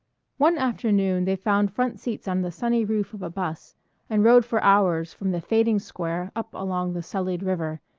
one afternoon they found front seats on the sunny roof of a bus and rode for hours from the fading square up along the sullied river,